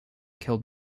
killed